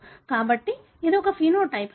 కాబట్టి ఇది ఒక ఫెనోటైప్